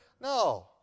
No